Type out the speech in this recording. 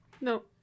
No